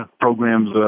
programs